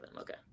Okay